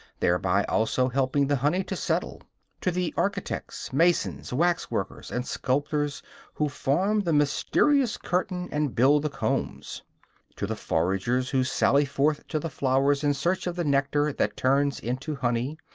thereby also helping the honey to settle to the architects, masons, waxworkers and sculptors who form the mysterious curtain and build the combs to the foragers who sally forth to the flowers in search of the nectar that turns into honey,